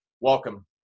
Welcome